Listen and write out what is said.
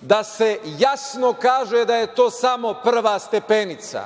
da se jasno kaže da je to samo prva stepenica,